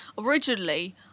Originally